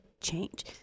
change